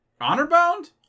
Honor-bound